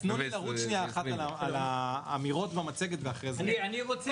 תנו לי לרוץ שנייה על האמירות במצגת ואחרי זה --- אדוני